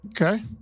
Okay